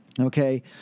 okay